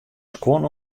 skuon